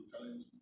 challenge